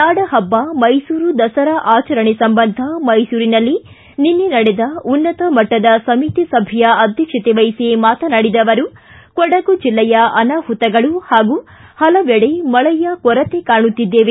ನಾಡ ಪಬ್ನ ಮೈಸೂರು ದಸರಾ ಆಚರಣೆ ಸಂಬಂಧ ಮೈಸೂರಿನಲ್ಲಿ ನಿನ್ನೆ ನಡೆದ ಉನ್ನತಮಟ್ಟದ ಸಮಿತಿ ಸಭೆಯ ಅಧ್ಯಕ್ಷತೆವಹಿಸಿ ಮಾತನಾಡಿದ ಅವರು ಕೊಡಗು ಜಿಲ್ಲೆಯ ಅನಾಹುತಗಳು ಹಾಗೂ ಹಲವೆಡೆ ಮಳೆಯ ಕೊರತೆ ಕಾಣುತ್ತಿದ್ದೇವೆ